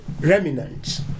remnants